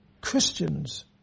Christians